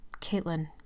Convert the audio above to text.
Caitlin